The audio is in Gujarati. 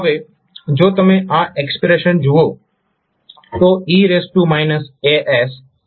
હવે જો તમે આ એક્સપ્રેશન જુઓ તો e as કોન્સ્ટન્ટ છે